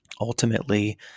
ultimately